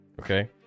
okay